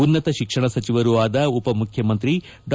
ಉನ್ನತ ಶಿಕ್ಷಣ ಸಚಿವರೂ ಆದ ಉಪಮುಖ್ಯಮಂತ್ರಿ ಡಾ